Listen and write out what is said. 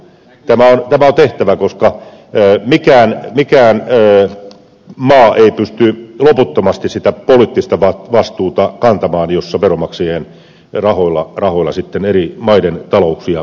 tämä on tehtävä koska mikään maa ei pysty loputtomasti sitä poliittista vastuuta kantamaan jossa veronmaksajien rahoilla eri maiden talouksia pelastetaan